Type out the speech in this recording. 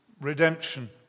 redemption